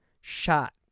shot